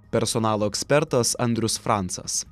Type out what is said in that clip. personalo ekspertas andrius francas